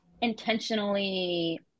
intentionally